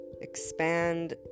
expand